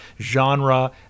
genre